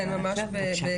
כן, ממש בקצרה.